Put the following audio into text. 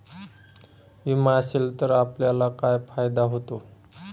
विमा असेल तर आपल्याला काय फायदा होतो?